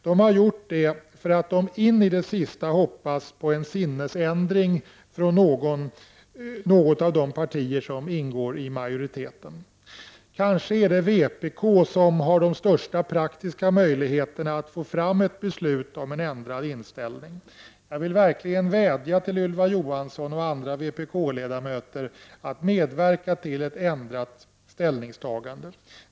De har kommit därför att de in i det sista hoppas på en sinnesändring hos något av de partier som ingår i majoriteten. Kanske är det vpk som har de största praktiska möjligheterna att få fram ett beslut om en ändrad inställning. Jag vill verkligen vädja till Ylva Johansson och andra vpk-ledamöter att medverka till ett ändrat ställningstagande.